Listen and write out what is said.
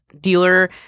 dealer